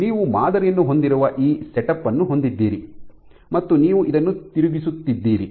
ನೀವು ಮಾದರಿಯನ್ನು ಹೊಂದಿರುವ ಈ ಸೆಟಪ್ ಅನ್ನು ಹೊಂದಿದ್ದೀರಿ ಮತ್ತು ನೀವು ಇದನ್ನು ತಿರುಗಿಸುತ್ತಿದ್ದೀರಿ